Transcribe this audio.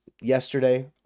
yesterday